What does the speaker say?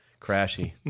crashy